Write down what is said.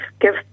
give